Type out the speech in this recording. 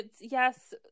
yes